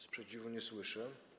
Sprzeciwu nie słyszę.